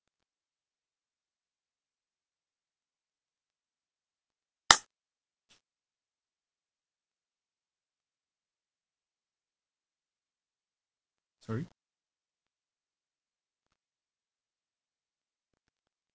sorry